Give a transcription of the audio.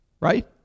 right